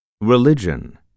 religion